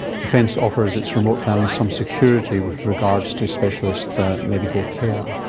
defence offers its remote families some security with regards to specialist medical care